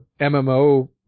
MMO